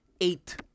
eight